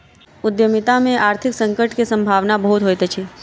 उद्यमिता में आर्थिक संकट के सम्भावना बहुत होइत अछि